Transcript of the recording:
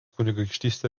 kunigaikštystė